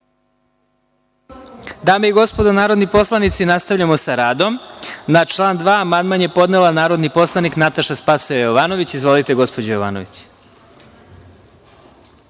Dame i gospodo narodni poslanici, nastavljamo sa radom. Na član 2. amandman je podnela narodni poslanik Nataša Sp. Jovanović. Izvolite, gospođo Jovanović.